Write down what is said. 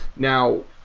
now,